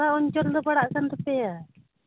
ᱚᱠᱟ ᱚᱧᱪᱚᱞ ᱫᱚ ᱯᱟᱲᱟᱜ ᱠᱟᱱ ᱛᱟᱯᱮᱭᱟ